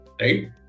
Right